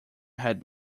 had